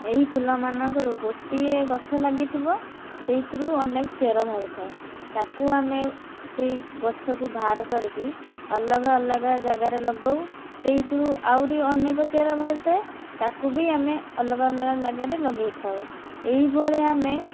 ଏହି ଫୁଲମାନଙ୍କରୁ ଗୋଟିଏ ଗଛ ଲାଗିଥିବ ସେହିଥିରୁ ଅନେକ ଚେର ବାହାରିଥାଏ ତାକୁ ଆମେ ସେହି ଗଛକୁ ବାହାର କରିକି ଅଲଗା ଅଲଗା ଜାଗାରେ ଲଗାଉ ସେଇଥିରୁ ଆହୁରି ଅନେକ ଚେର ବାହାରିଥାଏ ତାକୁ ବି ଆମେ ଅଲଗା ଅଲଗା ଜାଗାରେ ଲଗାଇଥାଉ ଏହିଭଳି ଆମେ